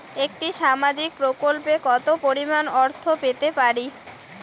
একটি সামাজিক প্রকল্পে কতো পরিমাণ অর্থ পেতে পারি?